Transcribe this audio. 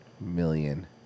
million